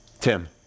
Tim